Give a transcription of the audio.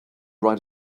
right